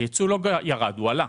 הייצוא לא ירד, הוא עלה.